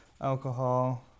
Alcohol